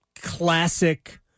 classic